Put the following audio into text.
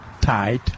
tight